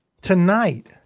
tonight